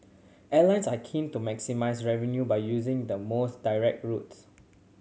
airlines are keen to maximise revenue by using the most direct routes